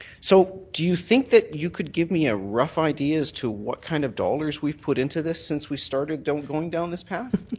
so do you think that you could give me a rough idea as to what kind of dollars we put into this since we started going down this path?